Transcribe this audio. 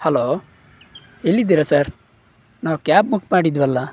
hello ಎಲ್ಲಿದ್ದೀರಾ sir ನಾವು cab book ಮಾಡಿದ್ವಲ್ಲ